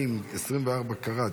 עם 24 קראט.